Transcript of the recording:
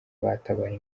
batabaye